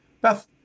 Beth